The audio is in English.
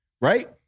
Right